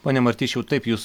pone martišiau taip jūs